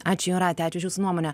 ačiū jūrate ačiū už jūsų nuomonę